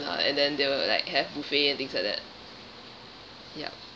uh and then they will like have buffet and things like that ya